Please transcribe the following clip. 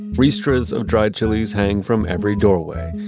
ristras of dried chilis hang from every doorway.